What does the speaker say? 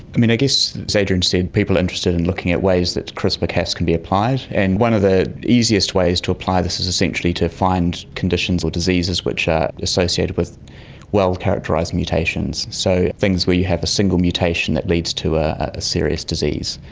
guess, as adrian said, people are interested in looking at ways that crispr-cas can be applied, and one of the easiest ways to apply this is essentially to find conditions or diseases which are associated with well characterised mutations, so things where you have a single mutation that leads to ah a serious disease.